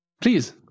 Please